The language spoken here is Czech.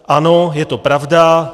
Ano, je to pravda.